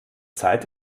zeit